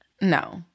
No